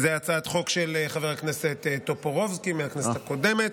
זו הצעת חוק של חבר הכנסת טופורובסקי מהכנסת הקודמת.